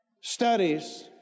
studies